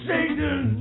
Satan